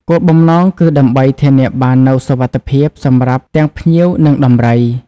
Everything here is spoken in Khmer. គោលបំណងគឺដើម្បី ធានាបាននូវសុវត្ថិភាព សម្រាប់ទាំង ភ្ញៀវ និងដំរី។